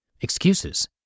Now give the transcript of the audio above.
excuses